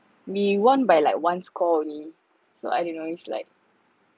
we won by like one score only so I don't know it's like